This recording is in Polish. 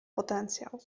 potencjał